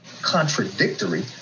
contradictory